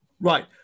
Right